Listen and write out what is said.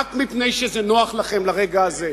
רק מפני שזה נוח לכם לרגע הזה,